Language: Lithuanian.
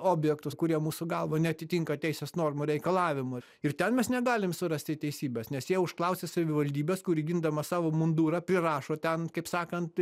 objektus kurie mūsų galva neatitinka teisės normų reikalavimų ir ten mes negalim surasti teisybės nes jie užklausia savivaldybės kuri gindama savo mundurą prirašo ten kaip sakant